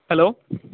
hello